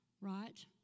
Right